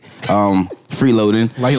freeloading